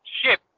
Ship